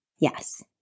Yes